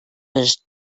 his